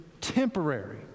temporary